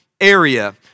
area